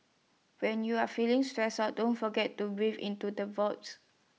when you are feeling stressed out don't forget to breathe into the voids